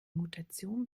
mutation